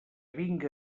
vinga